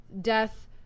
death